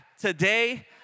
today